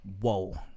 Whoa